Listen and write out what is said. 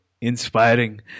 inspiring